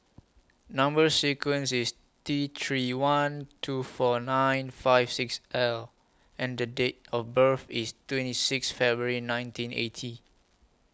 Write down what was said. Number sequence IS T three one two four nine five six L and The Date of birth IS twenty six February nineteen eighty